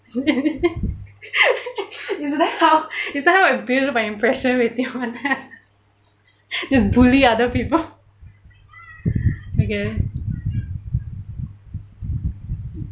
is that how is that how I was build my impression with you now just bully other people okay